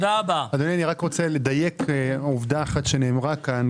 אדוני, אני רק רוצה לדייק עובדה אחת שנאמרה כאן.